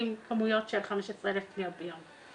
כמויות של 15,000 פניות ביום.